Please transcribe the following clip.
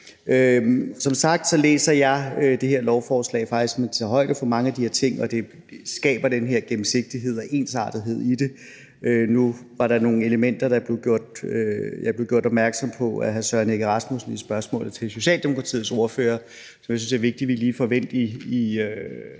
Som sagt læser jeg i det her lovforslag, at man faktisk tager højde for mange af de her ting, og det skaber den her gennemsigtighed og ensartethed i det. Nu var der nogle elementer, jeg blev gjort opmærksom på af hr. Søren Egge Rasmussen i spørgsmålet til Socialdemokratiets ordfører, som jeg synes det er vigtigt vi lige får vendt i